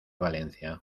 valencia